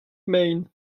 maine